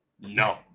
no